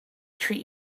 treat